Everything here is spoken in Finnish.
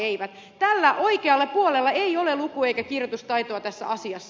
tällä oikealla puolella ei ole luku eikä kirjoitustaitoa tässä asiassa